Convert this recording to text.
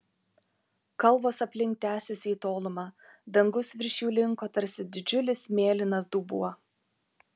kalvos aplink tęsėsi į tolumą dangus virš jų linko tarsi didžiulis mėlynas dubuo